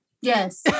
Yes